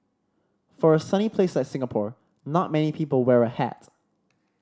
for a sunny place a Singapore not many people wear a hat